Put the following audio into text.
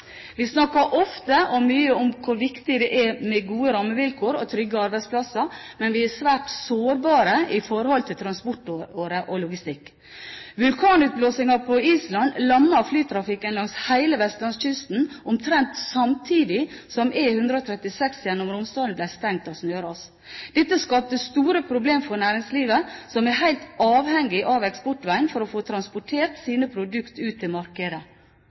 Vi snakker ofte og mye om hvor viktig det er med gode rammevilkår og trygge arbeidsplasser, men vi er svært sårbare i forhold til transportårer og logistikk. Vulkanutblåsingen på Island lammet flytrafikken langs hele vestlandskysten omtrent samtidig som E136 gjennom Romsdalen ble stengt av snøras. Dette skapte store problemer for næringslivet, som er helt avhengig av Eksportveien for å få transportert sine produkter ut til